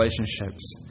relationships